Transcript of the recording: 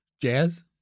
Jazz